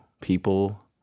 people